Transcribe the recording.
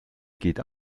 geht